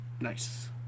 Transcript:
Nice